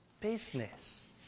business